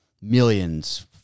millions